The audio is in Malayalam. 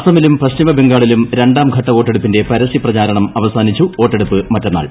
അസ്സമിലും പശ്ചിമബ്രഹാളിലും രണ്ടാംഘട്ട വോട്ടെടുപ്പിന്റെ ന് പരസ്യ പ്രചാരണം അഖ്സാനിച്ചു വോട്ടെടുപ്പ് മറ്റന്നാൾ